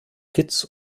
kitts